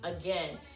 again